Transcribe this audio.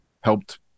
helped